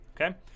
Okay